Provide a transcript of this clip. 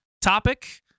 topic